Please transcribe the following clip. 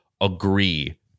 Agree